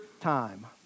time